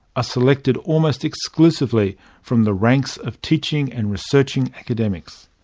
ah selected almost exclusively from the ranks of teaching and researching academics.